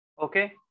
Okay